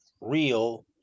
real